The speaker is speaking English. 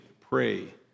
pray